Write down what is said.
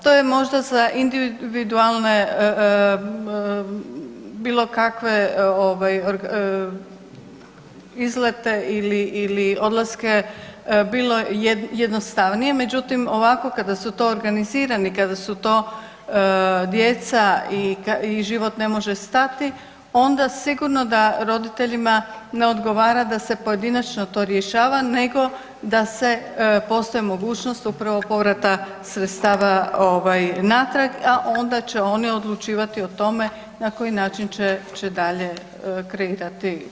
To je možda za individualne bilo kakve ovaj izlete ili, ili odlaske bilo jednostavnije, međutim ovako kada su to organizirani, kada su to djeca i život ne može stati onda sigurno da roditeljima ne odgovara da se pojedinačno to rješava nego da se postoji mogućnost upravo povrata sredstava ovaj natrag, a onda će oni odlučivati o tome na koji način će dalje kreirati putovanje.